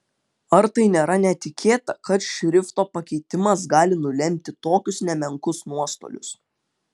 ar tai nėra netikėta kad šrifto pakeitimas gali nulemti tokius nemenkus nuostolius